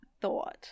thought